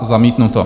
Zamítnuto.